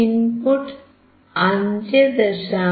input 5